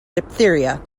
diphtheria